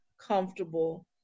comfortable